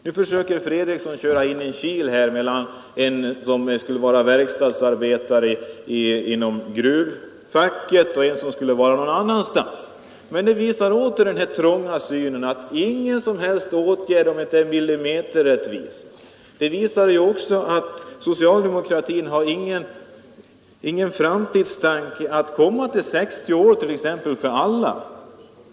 Nu försöker herr Fredriksson köra in en kil mellan en som är verkstadsarbetare inom gruvarbetet och en som gör samma arbete någon annanstans. Detta visar en mycket trång syn: om vi inte kan få millimeterrättvisa vidtar vi ingen åtgärd alls. Det visar också att socialdemokratin inte har någon tanke på att i framtiden komma t.ex. till 60 år.